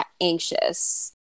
anxious